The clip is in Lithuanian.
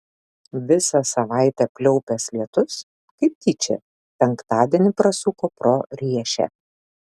visą savaitę pliaupęs lietus kaip tyčia penktadienį prasuko pro riešę